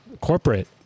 corporate